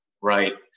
Right